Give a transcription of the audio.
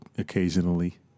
Occasionally